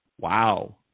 Wow